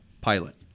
pilot